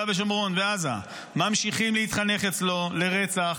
ושומרון ובעזה ממשיכים להתחנך אצלו לרצח,